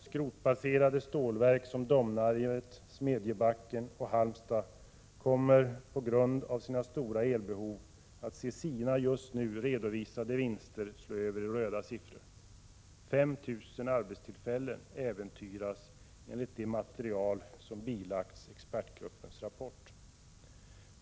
Skrotbaserade stålverk som Domnarvet, Smedjebacken och Halmstad kommer på grund av sina stora elbehov att se sina just nu redovisade vinster slå över i röda siffror. 5 000 arbetstillfällen äventyras enligt det material som har bilagts expertgruppens rapport.